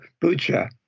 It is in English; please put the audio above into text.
Bucha